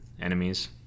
enemies